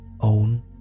Own